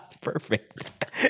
Perfect